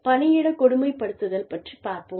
பணியிட கொடுமைப்படுத்துதல் பற்றிப் பார்ப்போம்